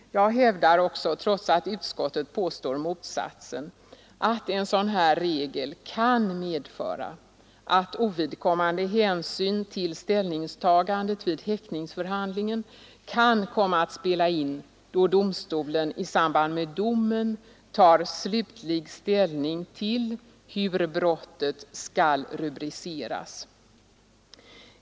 Jag hävdar, trots att utskottet påstår motsatsen, att en sådan här regel kan medföra att ovidkommande hänsyn till ställningstagandet vid häktningsförhandlingen kan komma att spela in då domstolen i samband med domen tar slutlig ställning till hur brottet skall rubriceras.